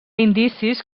indicis